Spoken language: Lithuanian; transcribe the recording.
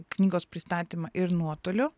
knygos pristatymą ir nuotoliu